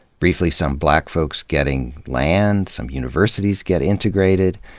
briefly, some black folks getting land, some universities get integrated.